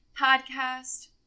Podcast